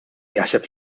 jaħseb